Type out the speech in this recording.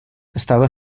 estava